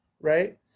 Right